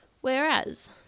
Whereas